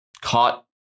caught